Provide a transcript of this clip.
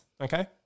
Okay